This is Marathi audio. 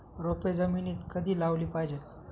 रोपे जमिनीत कधी लावली पाहिजे?